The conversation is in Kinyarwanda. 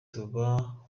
tuba